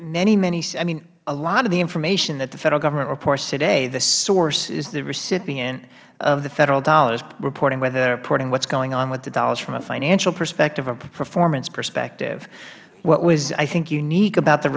are many many a lot of the information that the federal government reports today the source is the recipient of the federal dollars reporting what is going on with the dollars from a financial perspective a performance perspective what was i think unique about the